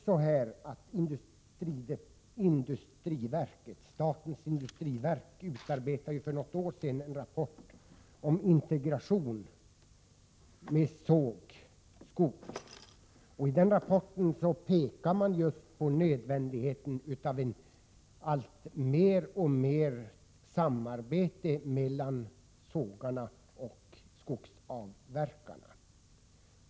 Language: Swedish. Statens industriverk utarbetade för något år sedan en rapport om integration av skogssågar. I rapporten pekar man just på nödvändigheten av ett större samarbete mellan sågarna och skogsavverkarna.